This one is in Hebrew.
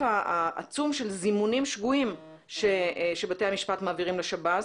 העצום של זימונים שגויים שבתי המשפט מעבירים לשב"ס